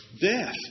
Death